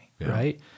Right